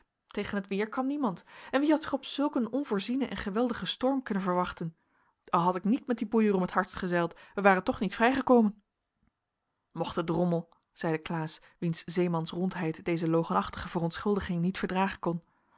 tegen t weer kan niemand en wie had zich op zulk een onvoorzienen en geweldigen storm kunnen verwachten al had ik niet met dien boeier om t hardst gezeild wij waren toch niet vrijgekomen mocht de drommel zeide klaas wiens zeemansrondheid deze logenachtige verontschuldiging niet verdragen kon